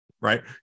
right